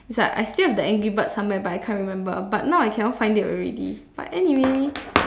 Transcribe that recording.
it's like I still have the angry bird somewhere but I can't remember but now I cannot find it already but anyway